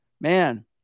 man